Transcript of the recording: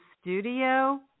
studio